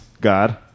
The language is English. God